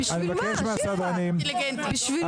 בסדר